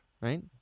right